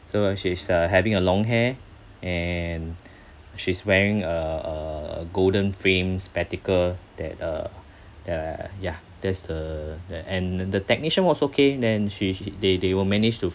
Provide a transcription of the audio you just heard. so she is having a long hair and she's wearing a a a golden frame spectacle that uh that I yeah that's the the and the the technician was okay and then she she they they were managed to